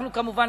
כמובן,